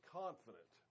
confident